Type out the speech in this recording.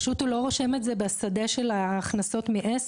פשוט הוא לא רושם את זה בשדה של ההכנסות מעסק,